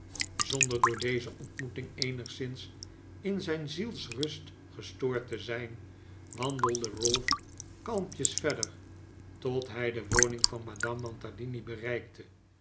zonder door deze ontmoeting eenigszins in zijn zielsrust gestoord te zijn wandelde ralph kalmpjes verder tot hij de woning van madame mantalini bereikte